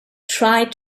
tried